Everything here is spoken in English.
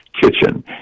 kitchen